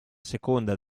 seconda